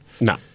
No